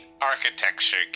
architecture